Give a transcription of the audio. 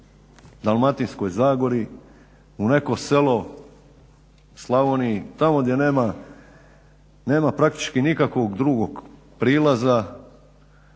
Dalmatinskoj zagori, u neko selo u Slavoniji, tamo gdje nema praktički nikakvog drugog prilaza